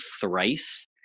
Thrice